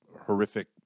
horrific